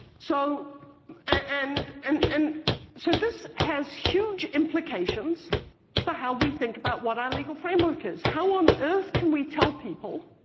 so and and and so, this has huge implications for but how we think about what our legal framework is. how on earth can we tell people